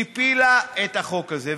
הפילה את החוק הזה.